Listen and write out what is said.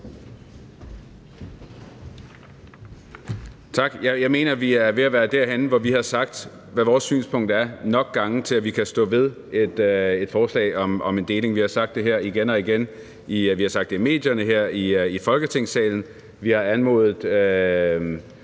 Tak. Jeg mener, vi er ved at være derhenne, hvor vi har sagt, hvad vores synspunkt er nok gange til, at vi kan stå ved et forslag om en deling. Vi har sagt det her igen og igen. Vi har sagt det i medierne, her i Folketingssalen, vi har anmodet